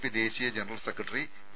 P ദേശീയ general secretary P